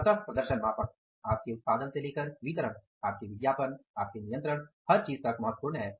अतः प्रदर्शन मापक आपके उत्पादन से लेकर वितरण आपके विज्ञापन आपके नियंत्रण हर चीज तक महत्वपूर्ण हैं